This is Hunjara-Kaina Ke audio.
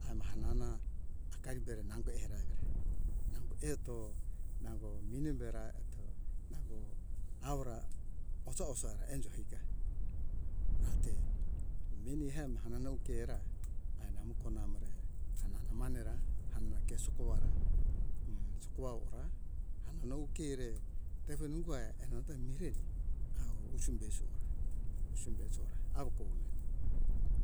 Ama hanana hakari bere nango era emire nango eto nango mine bera eto nango aora osa osa re enjo ika rate meni hea hanana uke ra err namoko namo re hanana mane ra amna ke sokowa ra hm sokoa orara hana nou ke re tepo nungo ai enanta mireri au usu besi ora usu besi ora awo kohona